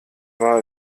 war